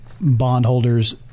bondholders